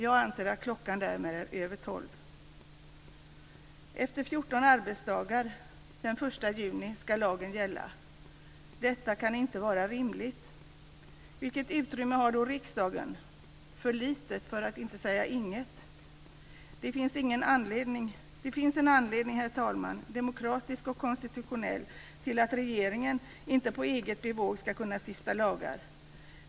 Jag anser att klockan därmed är över tolv. Efter 14 arbetsdagar, den 1 juni, ska lagen gälla. Detta kan inte vara rimligt. Vilket utrymme har då riksdagen? Det är för litet, för att inte säga inget. Det finns en anledning, herr talman, demokratisk och konstitutionell, till att regeringen inte på eget bevåg ska kunna stifta lagar.